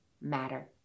matter